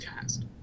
cast